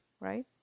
right